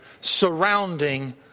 surrounding